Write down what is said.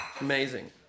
Amazing